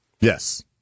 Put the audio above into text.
Yes